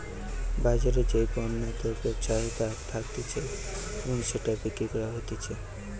বাজারে যেই পণ্য দ্রব্যের চাহিদা থাকতিছে এবং সেটা বিক্রি করা হতিছে